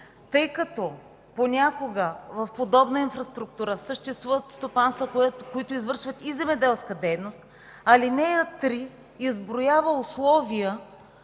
Тъй като понякога в подобна инфраструктура съществуват стопанства, които извършват и земеделска дейност, ал. 3 изброява условия,